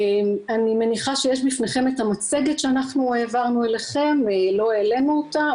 אני מניחה שיש בפניכם את המצגת שהעברנו אליכם ולא העלינו אותה,